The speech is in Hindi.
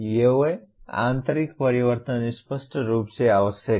ये आंतरिक परिवर्तन स्पष्ट रूप से आवश्यक हैं